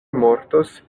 mortos